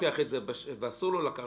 מה לעשות,